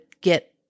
get